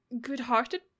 good-hearted